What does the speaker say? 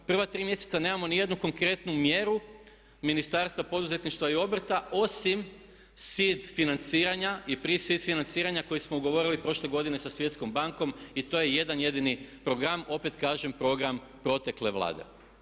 Prva tri mjeseca nemamo ni jednu konkretnu mjeru Ministarstva poduzetništva i obrta osim SID financiranja i PRISIF financiranja koji smo ugovorili prošle godine sa svjetskom bankom i to je jedan jedini program, opet kažem program protekle Vlade.